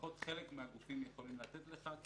שלפחות חלק מהגופים יכולים לתת לך,